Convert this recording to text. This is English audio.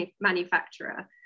manufacturer